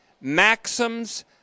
maxims